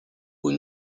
aux